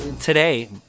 Today